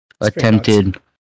Attempted